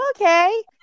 Okay